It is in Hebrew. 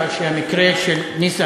הצבעת בעד או נגד?